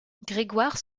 grégoire